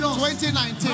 2019